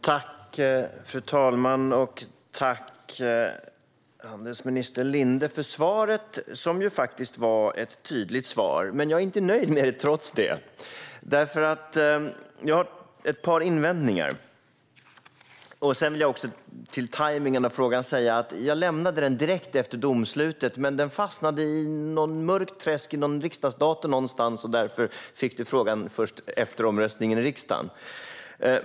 Fru talman! Tack, handelsminister Linde, för svaret! Det var faktiskt ett tydligt svar, men jag är inte nöjd trots det. Jag har ett par invändningar. Sedan vill jag, angående tajmningen av frågan, säga att jag lämnade den direkt efter domslutet men att den fastnade i något mörkt träsk i en riksdagsdator någonstans. Därför fick du frågan först efter omröstningen i riksdagen.